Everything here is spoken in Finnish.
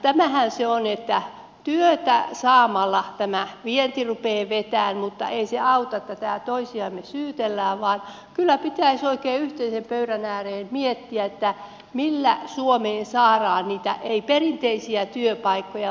näinhän se on että työtä saamalla vienti rupeaa vetämään mutta ei se auta että täällä toisiamme syyttelemme vaan kyllä pitäisi oikein yhteisen pöydän ääreen istua miettimään millä suomeen saadaan niitä ei perinteisiä työpaikkoja